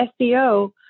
SEO